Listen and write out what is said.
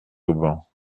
auban